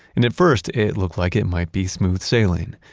and at first it looked like it might be smooth sailing.